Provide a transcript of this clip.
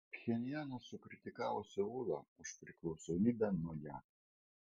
pchenjanas sukritikavo seulą už priklausomybę nuo jav